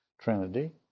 Trinity